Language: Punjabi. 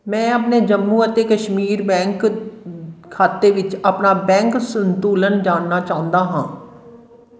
ਮੈਂ ਆਪਣੇ ਜੰਮੂ ਅਤੇ ਕਸ਼ਮੀਰ ਬੈਂਕ ਖਾਤੇ ਵਿੱਚ ਆਪਣਾ ਬੈਂਕ ਸੰਤੁਲਨ ਜਾਣਨਾ ਚਾਹੁੰਦਾ ਹਾਂ